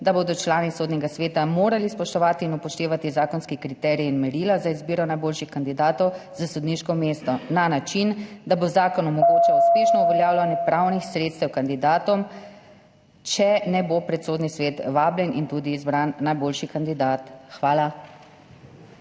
da bodo člani Sodnega sveta morali spoštovati in upoštevati zakonske kriterije in merila za izbiro najboljših kandidatov za sodniško mesto na način, da bo zakon omogočal uspešno uveljavljanje pravnih sredstev kandidatom, če ne bo pred Sodni svet vabljen in tudi izbran najboljši kandidat; in